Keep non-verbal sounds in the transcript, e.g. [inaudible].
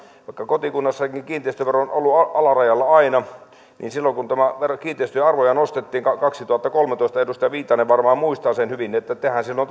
vaikka kotikunnassanikin kiinteistövero on ollut alarajalla aina niin silloin kun näitä kiinteistöjen arvoja nostettiin kaksituhattakolmetoista edustaja viitanen varmaan muistaa sen hyvin tehän silloin [unintelligible]